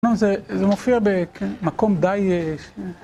לא, זה זה מופיע במקום די...